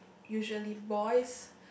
usually boys